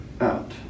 out